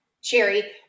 Sherry